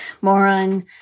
moron